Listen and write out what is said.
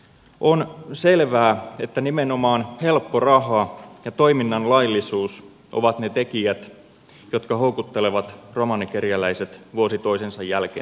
on selvää että nimenomaan helppo raha ja toiminnan laillisuus ovat ne tekijät jotka houkuttelevat romanikerjäläiset vuosi toisensa jälkeen tänne suomeen